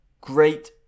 great